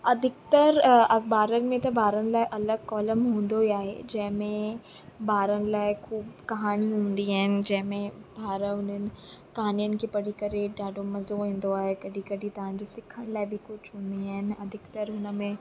अधिकतर अखबारनि में त ॿारनि लाइ अलॻि कॉलम हुंदो ई आहे जंहिंमें ॿारनि लाइ खूब कहाणियूं हुंदी आहिनि जंहिंमें ॿार उन्हनि कहाणीनि खे पढ़ी करे ॾाढो मज़ो ईंदो आहे कॾहिं कॾहिं तव्हांजे सिखण लाइ बि हूंदी आहिनि अधिकतर हुनमें